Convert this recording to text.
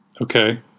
Okay